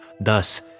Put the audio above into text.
Thus